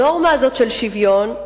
הנורמה הזאת של שוויון,